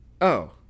Oh